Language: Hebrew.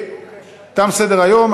תם סדר-היום.